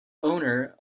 owner